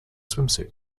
swimsuit